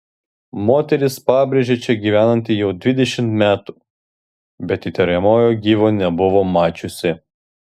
moteris pabrėžia čia gyvenanti jau dvidešimt metų bet įtariamojo gyvo nebuvo mačiusi